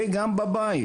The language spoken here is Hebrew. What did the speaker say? וגם בבית.